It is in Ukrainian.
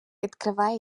відкриває